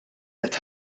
nett